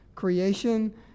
Creation